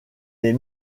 les